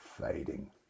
fading